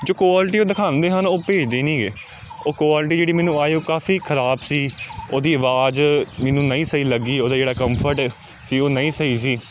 ਜੋ ਕੁਆਲਿਟੀ ਉਹ ਦਿਖਾਉਂਦੇ ਹਨ ਉਹ ਭੇਜਦੇ ਨੀਗੇ ਉਹ ਕੁਆਲਿਟੀ ਜਿਹੜੀ ਮੈਨੂੰ ਆਈ ਉਹ ਕਾਫ਼ੀ ਖਰਾਬ ਸੀ ਉਹਦੀ ਅਵਾਜ਼ ਮੈਨੂੰ ਨਹੀਂ ਸਹੀ ਲੱਗੀ ਉਹਦਾ ਜਿਹੜਾ ਕੰਨਫਰਟ ਹੈ ਸੀ ਉਹ ਆ ਉਹ ਨਹੀਂ ਸਹੀ ਸੀ